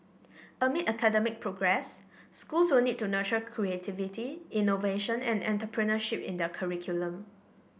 amid academic progress schools will need to nurture creativity innovation and entrepreneurship in their curriculum